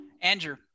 Andrew